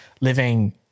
living